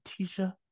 Tisha